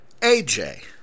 AJ